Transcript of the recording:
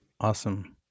Awesome